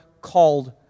called